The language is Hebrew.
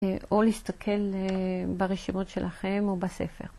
אה... או להסתכל אה... ברשימות שלכם או בספר.